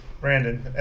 Brandon